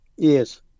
Yes